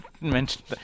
mentioned